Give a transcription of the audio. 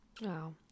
Wow